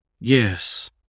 yes